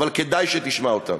אבל כדאי שתשמע אותם.